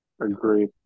Agree